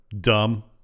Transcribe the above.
dumb